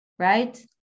right